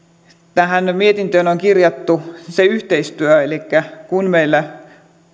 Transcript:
tähän mietintöön on kirjattu se yhteistyö elikkä kun meillä